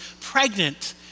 pregnant